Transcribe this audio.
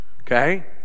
Okay